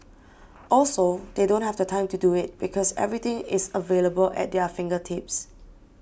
also they don't have the time to do it because everything is available at their fingertips